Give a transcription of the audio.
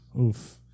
Oof